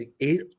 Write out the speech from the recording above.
Eight